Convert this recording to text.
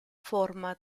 forma